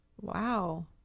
Wow